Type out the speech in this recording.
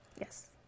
yes